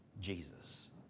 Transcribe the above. Jesus